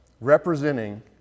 representing